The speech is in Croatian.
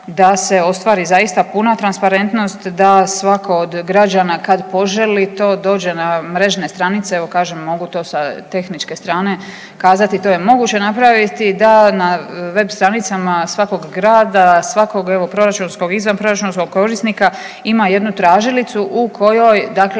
da se ostvari zaista puna transparentnost, da svako od građana kad poželi to dođe na mrežne stranice evo kažem mogu to sa tehničke strane kazati to je moguće napraviti, da na web stranicama svakog grada, svakog evo proračunskog, izvanproračunskog korisnika ima jednu tražilicu u kojoj dakle,